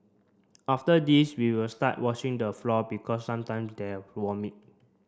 after this we will start washing the floor because sometime there vomit